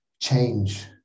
change